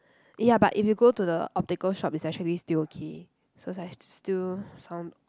ya but if you go to the optical shop is actually still okay so I still sound